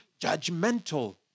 judgmental